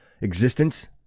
existence